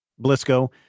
Blisco